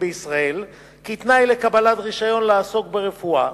בישראל כתנאי לקבלת רשיון לעסוק ברפואה,